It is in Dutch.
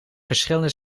verschillende